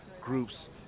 groups